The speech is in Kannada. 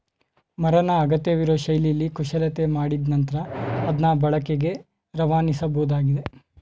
ಮರನ ಅಗತ್ಯವಿರೋ ಶೈಲಿಲಿ ಕುಶಲತೆ ಮಾಡಿದ್ ನಂತ್ರ ಅದ್ನ ಬಳಕೆಗೆ ರವಾನಿಸಬೋದಾಗಿದೆ